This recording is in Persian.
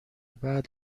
بعد